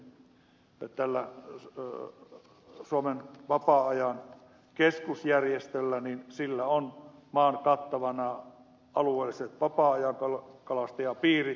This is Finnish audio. pulliainen totesi tällä suomen vapaa ajankalastajien keskusjärjestöllä on maan kattavana alueelliset vapaa ajankalastajapiirit